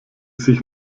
sich